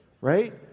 right